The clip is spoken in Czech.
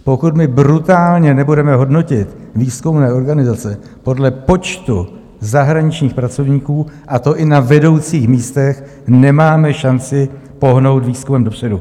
Pokud my brutálně nebudeme hodnotit výzkumné organizace podle počtu zahraničních pracovníků, a to i na vedoucích místech, nemáme šanci pohnout výzkumem dopředu.